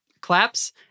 claps